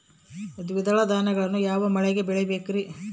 ದ್ವಿದಳ ಧಾನ್ಯಗಳನ್ನು ಯಾವ ಮಳೆಗೆ ಬೆಳಿಬೇಕ್ರಿ?